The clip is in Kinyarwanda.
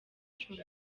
cumi